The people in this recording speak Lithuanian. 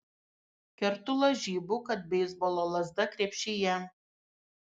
kertu lažybų kad beisbolo lazda krepšyje